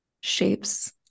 shapes